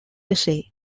essay